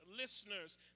listeners